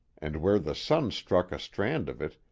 and where the sun struck a strand of it,